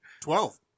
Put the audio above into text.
Twelve